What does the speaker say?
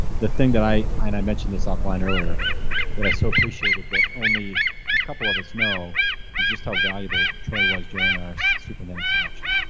the thing that i i and i mentioned this offline earlier that i so appreciated that only a couple of us know is just how valuable troy was during our superintendent selection.